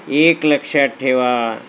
एक लक्षात ठेवा